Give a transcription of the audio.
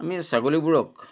আমি ছাগলীবোৰক